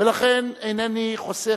ולכן אינני חוסך,